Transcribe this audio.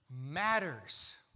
matters